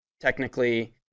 technically